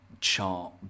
chart